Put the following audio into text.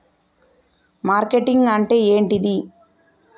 Marketing అంటే ఏంటిది?